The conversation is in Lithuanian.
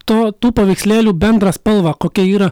to tų paveikslėlių bendrą spalvą kokia yra